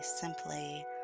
simply